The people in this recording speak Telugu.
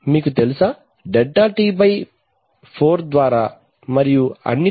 మీకు తెలుసా డెల్టా T బై 4 ద్వారా మరియు అన్నింటికీ